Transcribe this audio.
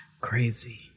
Crazy